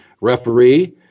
referee